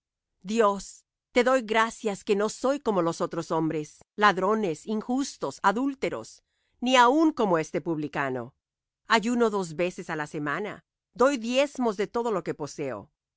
dios te doy gracias que no soy como los otros hombres ladrones injustos adúlteros ni aun como este publicano ayuno dos veces á la semana doy diezmos de todo lo que poseo